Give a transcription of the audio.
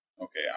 okay